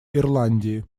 ирландии